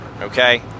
Okay